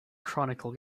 chronicle